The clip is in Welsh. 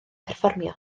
perfformio